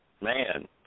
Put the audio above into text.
man